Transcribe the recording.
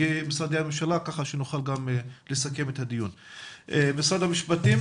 משרד המשפטים,